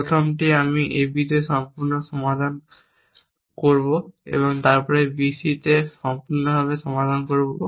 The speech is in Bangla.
প্রথমটি আমি AB তে সম্পূর্ণ সমাধান করব তারপর আমি BC এ সম্পূর্ণরূপে সমাধান করব